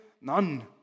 None